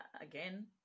again